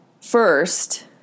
First